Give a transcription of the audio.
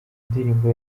ndirimbo